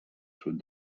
sud